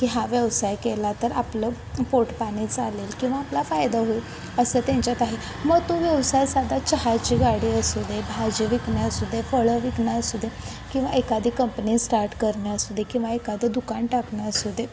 की हा व्यवसाय केला तर आपलं पोट पाणी चालेल किंवा आपला फायदा होईल असं त्यांच्यात आहे मग तो व्यवसाय साधा चहाची गाडी असू दे भाजी विकणं असू दे फळं विकणं असू दे किंवा एखादी कंपनी स्टार्ट करणं असू दे किंवा एखादं दुकान टाकणं असू दे